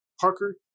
Parker